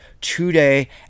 today